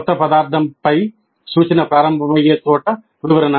4పై సూచన ప్రారంభమయ్యే చోట వివరణ